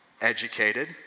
educated